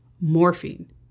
morphine